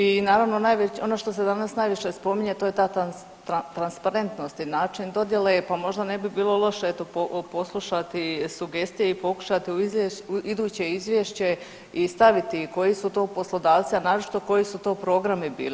I naravno najveći, ono što se danas najviše spominje to je ta transparentnost i način dodjele, pa možda ne bi bilo loše eto poslušati sugestije i pokušati u iduće izvješće i staviti koji su to poslodavci, a naročito koji su to programi bili.